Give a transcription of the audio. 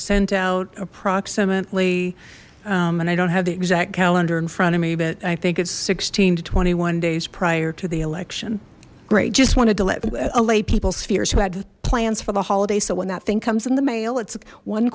sent out approximately and i don't have the exact calendar in front of me but i think it's sixteen to twenty one days prior to the election great just wanted to let alais people's fears who had plans for the holiday so when that thing comes in the mail it's one